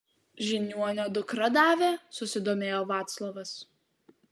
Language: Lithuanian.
žiniuonio dukra davė susidomėjo vaclovas